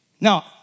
Now